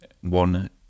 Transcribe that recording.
one